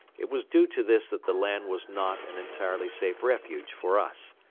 it was due to this that the land was not an entirely safe refuge for us.